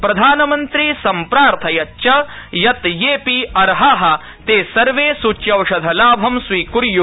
प्रधानमन्त्री सम्प्रार्थयत् यत् येऽपि अर्हा ते सर्वे सूच्यौषधलाभं स्वीकुर्वन्तु